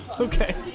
Okay